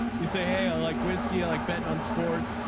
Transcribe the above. you say hey i like whiskey i like betting on sports.